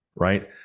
Right